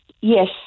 yes